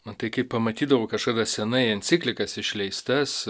matai kai pamatydavau kažkada seniai enciklikas išleistas